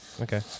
Okay